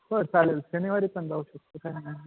बरं चालेल शनिवारी पण जाऊ शकतो काय नाही